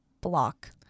block